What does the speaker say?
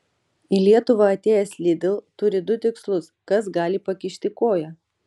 į lietuvą atėjęs lidl turi du tikslus kas gali pakišti koją